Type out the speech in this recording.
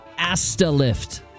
AstaLift